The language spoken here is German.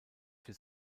für